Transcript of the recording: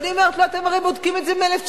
ואני אומרת לו: אתם הרי בודקים את זה מ-1999,